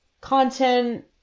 content